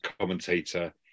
commentator